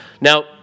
Now